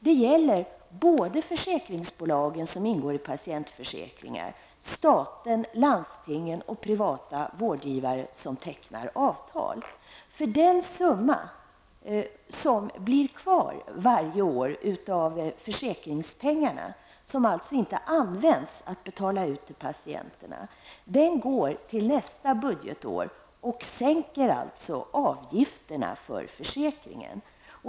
Det gäller både de försäkringsbolag som ingår i patientförsäkringar, staten, landstingen och privata vårdgivare som tecknar avtal. Den summa som blir kvar varje år av försäkringspengarna, som alltså inte används till att betalas ut till patienterna, förs över till nästa budgetår och sänker avgifterna för försäkringen.